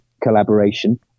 collaboration